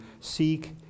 seek